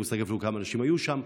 אין לי מושג אפילו כמה אנשים היו שם.